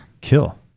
kill